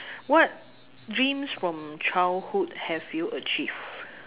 what dreams from childhood have you achieved